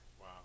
Wow